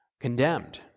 condemned